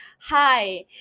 hi